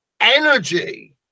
energy